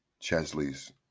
Chesley's